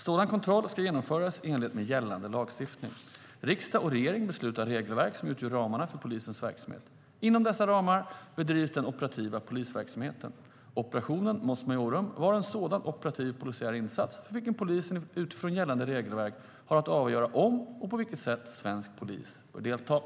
Sådan kontroll ska genomföras i enlighet med gällande lagstiftning.